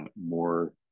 more